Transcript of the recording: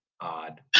odd